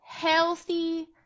Healthy